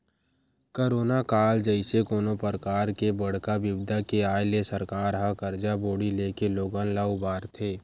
corona काल जइसे कोनो परकार के बड़का बिपदा के आय ले सरकार ह करजा बोड़ी लेके लोगन ल उबारथे